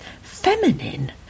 feminine